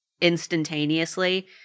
instantaneously